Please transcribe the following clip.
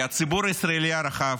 כי הציבור הישראלי הרחב,